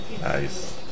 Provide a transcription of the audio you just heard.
Nice